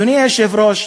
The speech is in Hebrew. אדוני היושב-ראש,